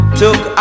took